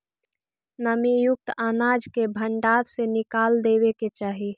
नमीयुक्त अनाज के भण्डार से निकाल देवे के चाहि